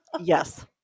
Yes